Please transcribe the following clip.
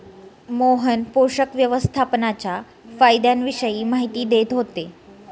मोहन पोषक व्यवस्थापनाच्या फायद्यांविषयी माहिती देत होते